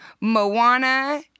Moana